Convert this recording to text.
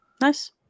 Nice